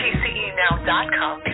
TceNow.com